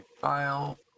file